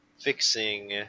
fixing